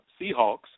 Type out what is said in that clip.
Seahawks